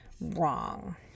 wrong